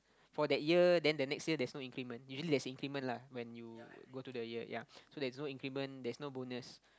for that year then the next year there's no increment usually there's increment lah when you go to the year ya so there's no increment there's no bonus